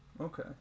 Okay